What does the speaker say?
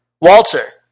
Walter